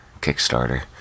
kickstarter